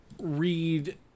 read